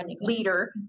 leader